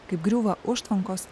kaip griūva užtvankos